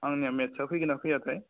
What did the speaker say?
आंनियाव मेथ्सआ फैगोन ना फैयाथाय